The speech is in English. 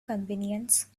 convenience